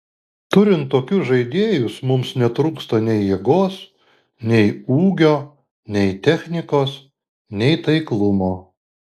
turint tokius žaidėjus mums netrūksta nei jėgos nei ūgio nei technikos nei taiklumo